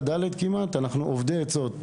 ד' היינו במצב שאנחנו כבר אובדי עצות.